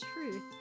truth